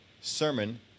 sermon